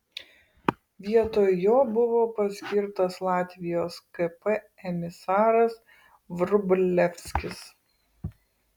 vietoj jo buvo paskirtas latvijos kp emisaras vrublevskis